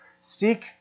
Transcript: seek